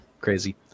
crazy